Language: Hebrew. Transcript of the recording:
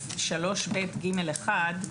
סעיף 3ב(ג)(1).